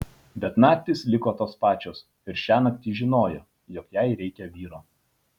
bet naktys liko tos pačios ir šiąnakt ji žinojo jog jai reikia vyro